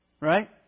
right